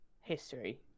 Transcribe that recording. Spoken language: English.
history